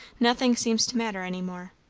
nothing seems to matter any more.